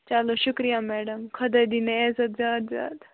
چلو شُکریہ میڈَم خۄدا دیٖنے یَزت زیادٕ زیادٕ